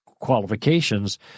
qualifications